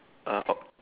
err oh